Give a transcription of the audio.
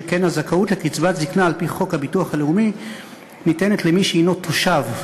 שכן הזכאות לקצבת זיקנה על-פי חוק הביטוח הלאומי ניתנת למי שהנו תושב,